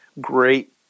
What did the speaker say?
great